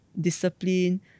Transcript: discipline